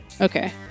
Okay